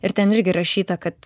ir ten irgi įrašyta kad